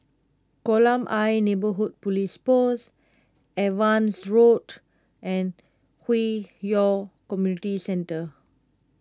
Kolam Ayer Neighbourhood Police Post Evans Road and Hwi Yoh Community Centre